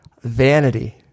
Vanity